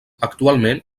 actualment